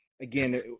again